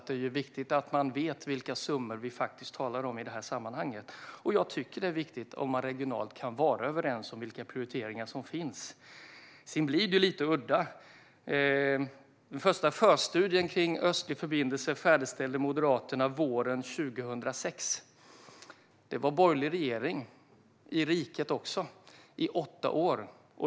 Det är viktigt att man vet vilka summor vi faktiskt talar om i detta sammanhang. Och jag tycker att det är viktigt om man regionalt kan vara överens om vilka prioriteringar som finns. Sedan blir det lite udda. Den första förstudien kring Östlig förbindelse färdigställde Moderaterna våren 2006. Det var en borgerlig regering i riket under åtta år.